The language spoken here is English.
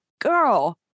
girl